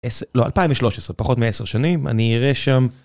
לא, 2013, פחות מ-10 שנים, אני אראה שם.